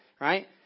right